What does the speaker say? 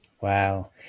Wow